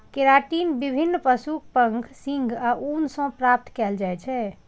keratin विभिन्न पशुक पंख, सींग आ ऊन सं प्राप्त कैल जाइ छै